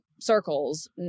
circles